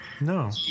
No